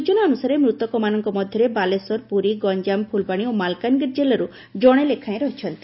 ସୂଚନା ଅନୁସାରେ ମୂତକମାନଙ୍ଙ ମଧରେ ବାଲେଶ୍ୱର ପୁରୀ ଗଂଜାମ ଫୁଲବାଶୀ ଓ ମାଲକାନଗିରି ଜିଲ୍ଲାରୁ ଜଣେ ଲେଖାଏଁ ଅଛନ୍ତି